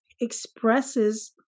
expresses